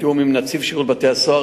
בתיאום עם נציב שירות בתי-הסוהר,